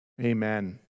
Amen